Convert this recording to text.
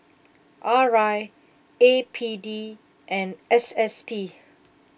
R I A P D and S S T